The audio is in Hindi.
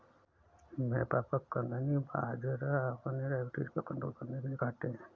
मेरे पापा कंगनी बाजरा अपनी डायबिटीज को कंट्रोल करने के लिए खाते हैं